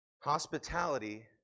hospitality